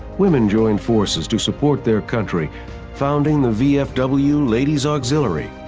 women joined forces to support their country founding the vfw ladies auxiliary,